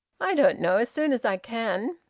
i don't know. as soon as i can.